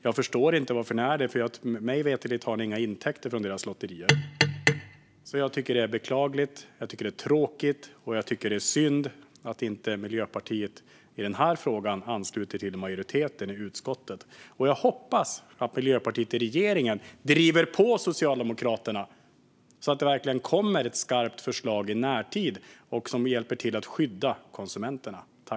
Jag förstår inte varför ni är det, för mig veterligt har ni inga intäkter från deras lotterier. Jag tycker att det är beklagligt, tråkigt och synd att inte Miljöpartiet i den här frågan ansluter till majoriteten i utskottet. Jag hoppas att Miljöpartiet i regeringen driver på Socialdemokraterna så att det verkligen kommer ett skarpt förslag i närtid som hjälper till att skydda konsumenterna.